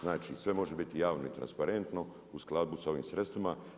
Znači sve može biti javno i transparentno u skladu sa ovim sredstvima.